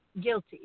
guilty